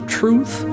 truth